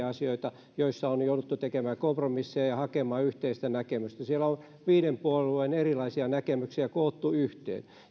asioita joissa on jouduttu tekemään kompromisseja ja ja hakemaan yhteistä näkemystä siellä on viiden puolueen erilaisia näkemyksiä koottu yhteen